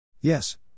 Yes